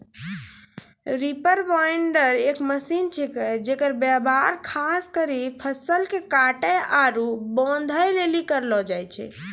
reaper binder एक machine छिकै जेकर व्यवहार खास करी फसल के काटै आरू बांधै लेली करलो जाय छै